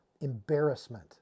embarrassment